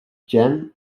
jam